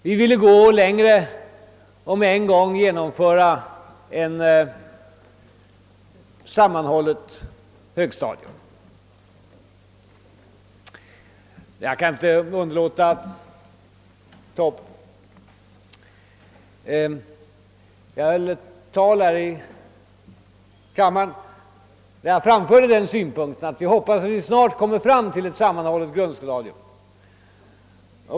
Vi ville gå längre och med en gång genomföra ett sammanhållet högstadium. Jag kan inte underlåta att erinra om det tal jag höll här i riksdagen, där jag framförde en förhoppning om att vi snart skulle komma fram till ett sammanhållet grundstadium.